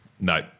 No